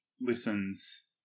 listens